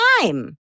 time